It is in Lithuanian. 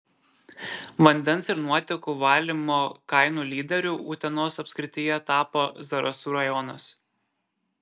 vandens ir nuotėkų valymo kainų lyderiu utenos apskrityje tapo zarasų rajonas